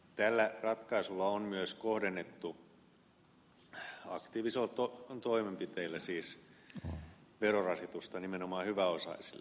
tällä ratkaisulla aktiivisilla toimenpiteillä on myös kohdennettu verorasitusta nimenomaan hyväosaisille